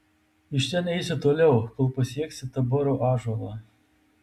iš ten eisi toliau kol pasieksi taboro ąžuolą